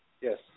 yes